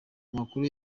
amakuru